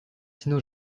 sino